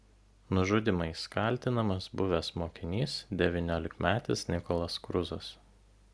nužudymais kaltinamas buvęs mokinys devyniolikmetis nikolas kruzas